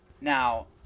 Now